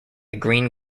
green